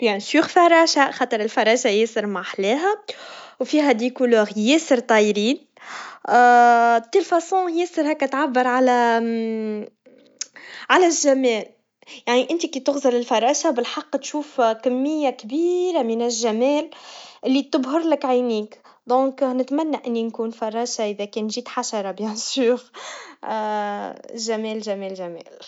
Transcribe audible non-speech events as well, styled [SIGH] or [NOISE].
بكل تأكيد فراشا, خاطر الفراشا ياسر محلاها, وفيا ألوان ياسر طايرين, [HESITATION] نفس الأسلوب ياسر هكا تعبر على [HESITATION] على الجمال, يعني انتي كي تغزل الفراشا, بالحق تشوف كمية كبيييرة من الجمال, اللي تبهرلك عينيك, إذاً نتمنى إني نكون فراشا, إذا كان جد حشرة بكل تأكيد, [LAUGHS] جمال, جمال, جمال.